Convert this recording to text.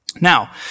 Now